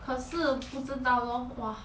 可是不知道 lor !wah!